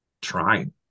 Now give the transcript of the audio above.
trying